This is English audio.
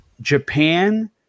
Japan